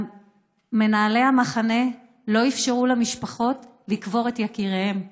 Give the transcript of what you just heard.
מנהלי המחנה לא אפשרו למשפחות לקבור את יקיריהם.